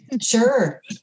Sure